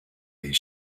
these